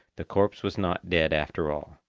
the corpse was not dead after all.